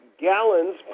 gallons